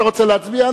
אתה רוצה להצביע?